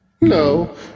No